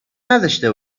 نداشته